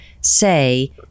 say